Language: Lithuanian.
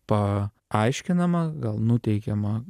pa aiškinama gal nuteikiama